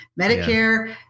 Medicare